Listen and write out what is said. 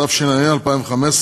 התשע"ה 2015,